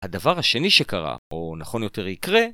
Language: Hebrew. הדבר השני שקרה, או נכון יותר יקרה